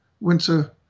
winter